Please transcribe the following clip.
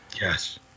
yes